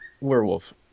Werewolf